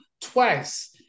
twice